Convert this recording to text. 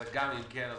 גם אם כן,